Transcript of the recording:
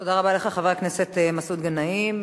תודה רבה לך, חבר הכנסת מסעוד גנאים.